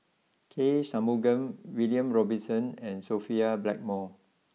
K Shanmugam William Robinson and Sophia Blackmore